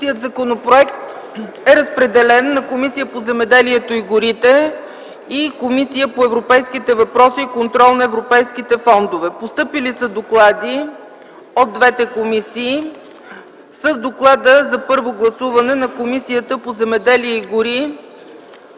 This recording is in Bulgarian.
Комисията по земеделието и горите